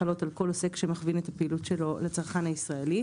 חלות על כל עוסק שמכווין את הפעילות שלו לצרכן הישראלי.